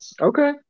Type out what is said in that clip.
Okay